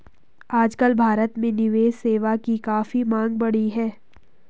आजकल भारत में निवेश सेवा की काफी मांग बढ़ी है